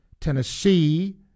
Tennessee